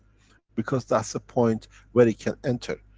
because that's the point where it can enter.